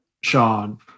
Sean